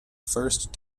first